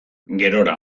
gerora